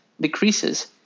decreases